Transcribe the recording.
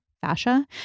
fascia